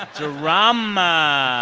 drama